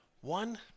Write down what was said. One